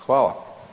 Hvala.